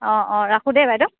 অঁ অঁ ৰাখোঁ দেই বাইদেউ